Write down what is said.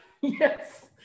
Yes